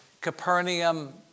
Capernaum